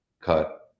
cut